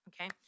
okay